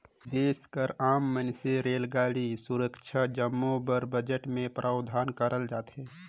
देस कर आम मइनसे रेल, सुरक्छा जम्मो बर बजट में प्रावधान करल जाथे